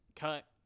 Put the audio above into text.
cut